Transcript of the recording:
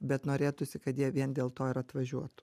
bet norėtųsi kad jie vien dėl to ir atvažiuotų